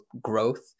growth